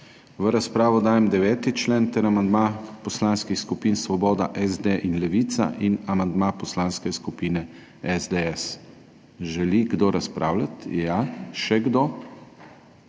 V razpravo dajem 9. člen ter amandma poslanskih skupin Svoboda, SD in Levica in amandma Poslanske skupine SDS. Želi kdo razpravljati? Še kdo?